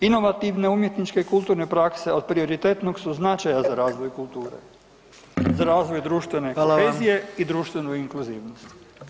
Inovativne umjetničke i kulturne prakse od prioritetnog su značaja za razvoj kulture, za razvoj društvene kohezije [[Upadica: Hvala vam.]] i društvenu inkluzivnost.